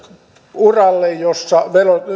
uralle jossa